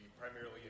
primarily